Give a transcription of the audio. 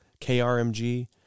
KRMG